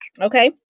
Okay